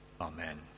Amen